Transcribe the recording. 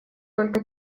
только